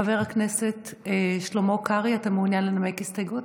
חבר הכנסת שלמה קרעי, אתה מעוניין לנמק הסתייגות?